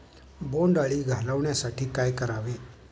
बोंडअळी घालवण्यासाठी काय करावे?